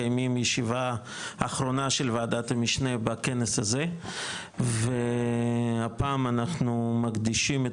מקיימים ישיבה אחרונה של ועדת המשנה בכנס הזה והפעם אנחנו מקדישים את